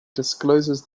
discloses